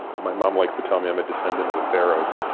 my mom likes to tell me i'm a descendant of the pharaohs.